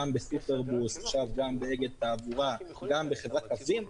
גם בסופרבוס ועכשיו גם באגד תעבורה וגם בחברת קווים,